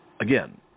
Again